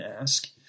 ask